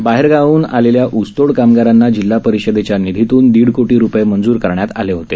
बाहेरगावाहन आलेल्या ऊसतोड कामगारांना जिल्हा परिषदेच्या निधीतून दीड कोटी रुपये मंजूर करण्यात आले होते